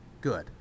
good